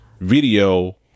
video